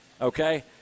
okay